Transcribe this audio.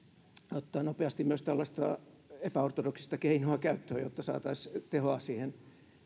ottaa nopeasti myös tällaista epäortodoksista keinoa käyttöön jotta saataisiin tehoa siihen